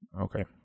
Okay